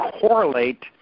correlate